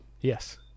Yes